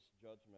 judgment